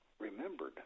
remembered